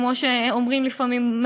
כמו שאומרים לפעמים,